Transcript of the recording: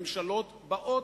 ממשלות באות